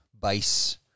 base